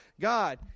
God